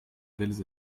belles